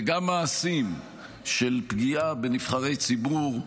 וגם מעשים, של פגיעה בנבחרי ציבור,